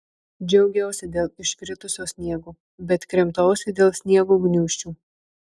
džiaugiausi dėl iškritusio sniego bet krimtausi dėl sniego gniūžčių